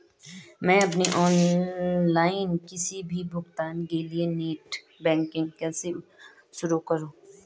मैं अपने ऑनलाइन किसी भी भुगतान के लिए नेट बैंकिंग कैसे शुरु करूँ?